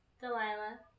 Delilah